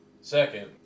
Second